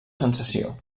sensació